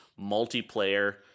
multiplayer